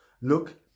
Look